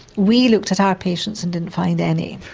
we looked at our patients and didn't find any.